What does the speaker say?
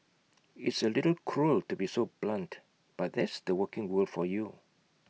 it's A little cruel to be so blunt but that's the working world for you